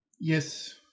Yes